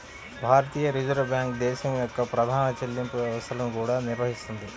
భారతీయ reserve bank దేశం యొక్క ప్రధాన చెల్లింపు వ్యవస్థలను కూడా నిర్వహిస్తుంది